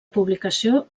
publicació